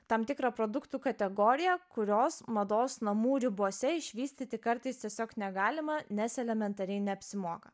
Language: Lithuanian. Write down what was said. tam tikra produktų kategoriją kurios mados namų ribose išvystyti kartais tiesiog negalima nes elementariai neapsimoka